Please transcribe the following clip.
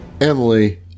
Emily